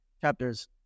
chapters